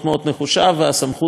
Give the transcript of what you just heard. והסמכות בידינו.